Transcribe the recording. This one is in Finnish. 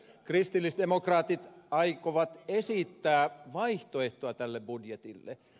kristillisdemokraatit aikovat esittää vaihtoehtoa tälle budjetille